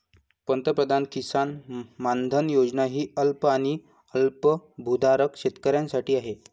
पंतप्रधान किसान मानधन योजना ही अल्प आणि अल्पभूधारक शेतकऱ्यांसाठी आहे